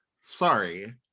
sorry